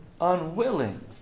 Unwilling